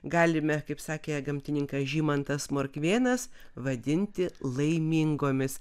galime kaip sakė gamtininkas žymantas morkvėnas vadinti laimingomis